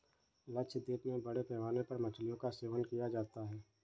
लक्षद्वीप में बड़े पैमाने पर मछलियों का सेवन किया जाता है